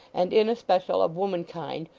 and in especial of womankind,